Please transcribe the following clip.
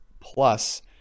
plus